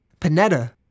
Panetta